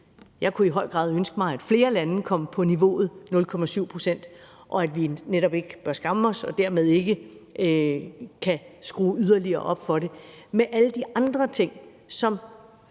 Jeg kunne i høj grad ønske mig, at flere lande kom op på niveauet 0,7 pct., og vi bør netop ikke skamme os, og vi kan dermed ikke skrue yderligere op for det med alle de andre ting, som